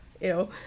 ew